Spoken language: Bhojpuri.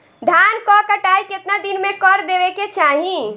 धान क कटाई केतना दिन में कर देवें कि चाही?